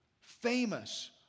famous